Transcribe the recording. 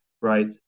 right